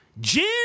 jen